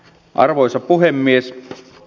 arvoisa puhemies